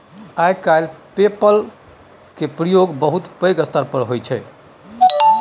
आइ काल्हि PayPal केर प्रयोग बहुत पैघ स्तर पर होइ छै